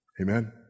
Amen